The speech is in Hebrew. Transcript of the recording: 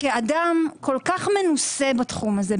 כאדם כה מנוסה בתחום הזה,